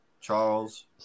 Charles